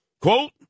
Quote